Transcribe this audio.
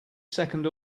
second